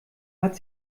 hat